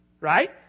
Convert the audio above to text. Right